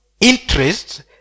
interests